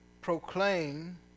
proclaim